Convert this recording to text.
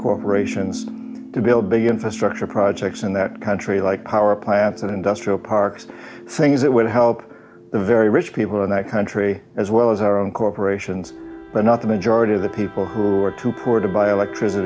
corporations to build big infrastructure projects in that country like power plants and industrial parks things that would help the very rich people in that country as well as our own corporations but not the majority of the people who are too